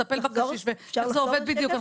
מי מטפל בקשיש ואיך זה עובד בדיוק?